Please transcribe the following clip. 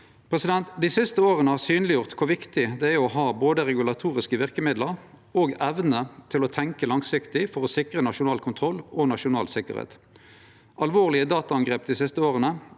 sikkerheit. Dei siste åra har gjort synleg kor viktig det er å ha både regulatoriske verkemiddel og evne til å tenkje langsiktig for å sikre nasjonal kontroll og nasjonal sikkerheit. Alvorlege dataangrep dei siste åra